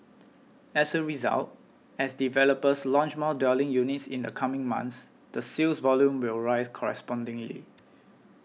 as a result as developers launch more dwelling units in the coming months the sales volume will rise correspondingly